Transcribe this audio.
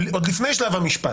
עוד לפני שלב המשפט.